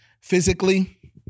physically